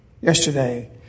yesterday